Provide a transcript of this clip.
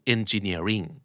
Engineering